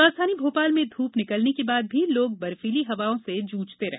राजधानी भोपाल में ध्यप निकलने के बाद भी लोग बर्फीली हवाओं से जूझते रहे